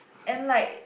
and like